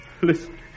Listen